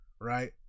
right